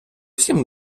всім